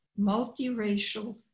multiracial